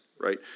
right